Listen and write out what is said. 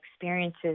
experiences